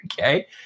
Okay